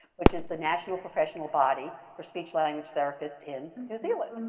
which is the national professional body for speech language therapists in new zealand.